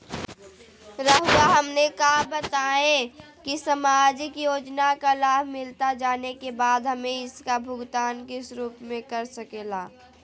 रहुआ हमने का बताएं की समाजिक योजना का लाभ मिलता जाने के बाद हमें इसका भुगतान किस रूप में कर सके ला?